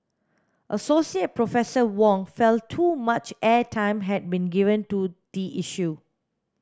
Associate Professor Wong felt too much airtime had been given to the issue